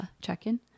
check-in